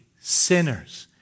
sinners